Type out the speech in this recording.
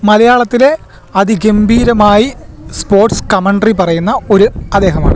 മലയാളത്തിലെ അതിഗംഭിരമായി sports commentary പറയുന്ന ഒരു അദ്ദേഹമാണ്